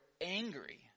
angry